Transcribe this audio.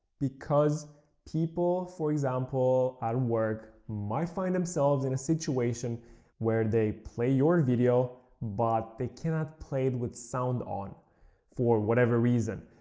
people, for example, at work, might find themselves in a situation where they play your video but they cannot play it with sound on for whatever reason,